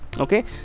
Okay